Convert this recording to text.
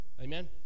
Amen